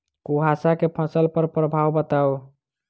कुहासा केँ फसल पर प्रभाव बताउ?